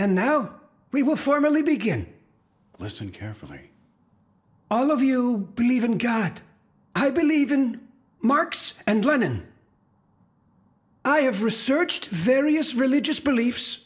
and now we will formally begin listen carefully all of you believe in god i believe in marx and lenin i have researched various religious beliefs